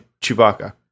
Chewbacca